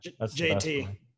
jt